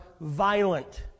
violent